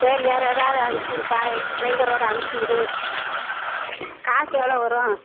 சரி வேற எதாவது அனுச்சிவுடுப்பா ட்ரைவரோட அனுச்சிவுடு காசு எவ்வளோ வரும்